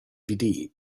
dvd